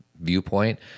viewpoint